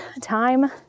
time